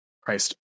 Christ